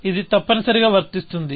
ఇది తప్పనిసరిగా వర్తిస్తుంది